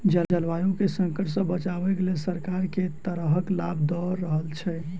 जलवायु केँ संकट सऽ बचाबै केँ लेल सरकार केँ तरहक लाभ दऽ रहल छै?